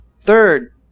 Third